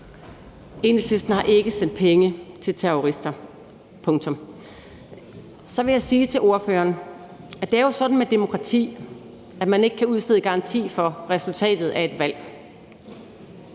Enhedslisten har ikke sendt penge til terrorister. Punktum. Så vil jeg sige til ordføreren, at det jo er sådan med demokrati, at man ikke kan udstede garanti for resultatet af et valg.